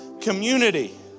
community